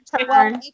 Okay